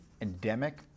endemic